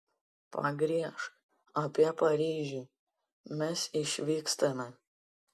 pagriežk apie paryžių mes išvykstame